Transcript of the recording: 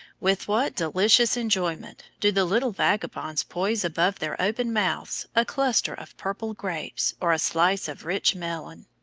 with what delicious enjoyment do the little vagabonds poise above their open mouths a cluster of purple grapes or a slice of rich melon!